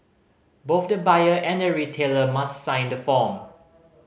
both the buyer and the retailer must sign the form